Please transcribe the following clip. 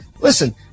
listen